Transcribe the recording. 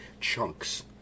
chunks